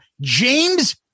James